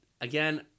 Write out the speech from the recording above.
again